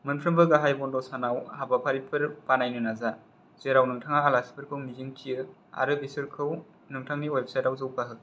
मोनफ्रोमबो गाहाय बन्द' सानाव हाबाफारिफोर बानायनो नाजा जेराव नोंथाङा आलासिफोरखौ मिजिंथियो आरो बेसोरखौ नोथांनि अयेबसाइटआव जौगाहो